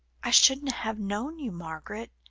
i shouldn't have known you, margaret.